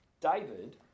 David